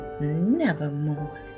nevermore